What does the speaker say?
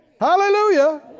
Hallelujah